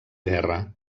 guerra